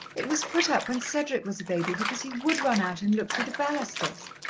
it was put up when cedric was a baby, because he would run out and look through the balusters.